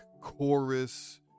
chorus